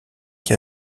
qui